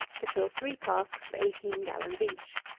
to fill three casks of eighteen gallons each.